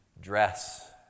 dress